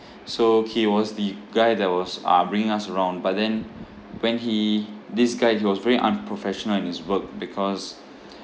so he was the guide that was uh bringing us around but then when he this guide he was very unprofessional in his work because